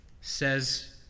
says